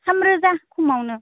थाम रोजा खमावनो